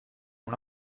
una